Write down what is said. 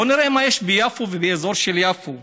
בוא נראה מה יש ביפו ובאזור של יפו: